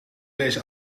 deze